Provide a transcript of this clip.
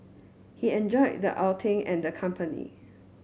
he enjoyed the outing and the company